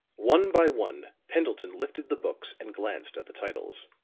one by one pendleton lifted the books and glanced at the titles.